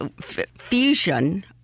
fusion